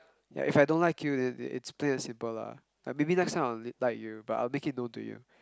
ya if I don't like you then it it's plain and simple lah like maybe next time I'll l~ like you but I will make it known to you